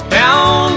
down